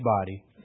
body